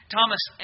Thomas